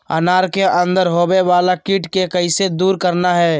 अनार के अंदर होवे वाला कीट के कैसे दूर करना है?